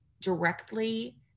directly